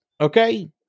Okay